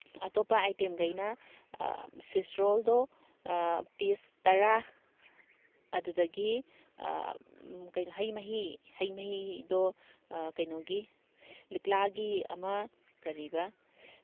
ꯑꯇꯣꯞꯄ ꯑꯥꯏꯇꯦꯝꯈꯩꯅ ꯁ꯭ꯋꯤꯁ ꯔꯣꯜꯗꯣ ꯄꯤꯁ ꯇꯔꯥ ꯑꯗꯨꯗꯒꯤ ꯀꯩꯅꯣ ꯍꯩ ꯃꯍꯤ ꯍꯩ ꯃꯍꯤꯗꯣ ꯀꯩꯅꯣꯒꯤ ꯂꯤꯛꯂꯥꯒꯤ ꯑꯃ ꯀꯔꯤꯕ